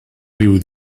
riu